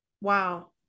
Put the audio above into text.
wow